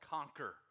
Conquer